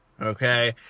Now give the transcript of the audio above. Okay